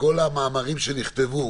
וכל המאמרים שנכתבו